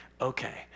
okay